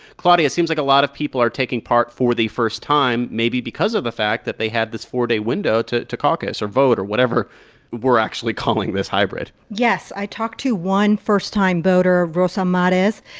claudia, it seems like a lot of people are taking part for the first time, maybe because of the fact that they had this four-day window to to caucus or vote or whatever we're actually calling this hybrid yes, i talked to one first time voter, rosa marez.